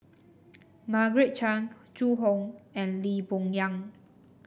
Margaret Chan Zhu Hong and Lee Boon Yang